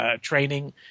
Training